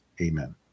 Amen